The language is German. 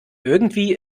irgendwie